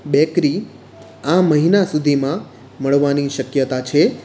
bakery આ મહિના સુધીમાં મળવાની શક્યતા છે